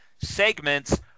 segments